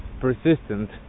persistent